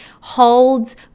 holds